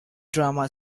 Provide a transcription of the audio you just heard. drama